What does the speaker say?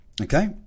okay